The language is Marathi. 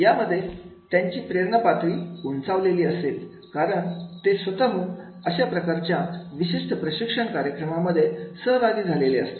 यामध्ये त्यांची प्रेरणा पातळी उंचावलेली असेल कारण ते स्वतःहून अशा प्रकारच्या विशिष्ट प्रशिक्षण कार्यक्रमांमध्ये सहभागी झालेले असतात